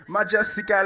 Majestic